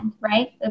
right